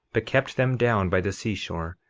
but kept them down by the seashore,